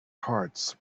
hearts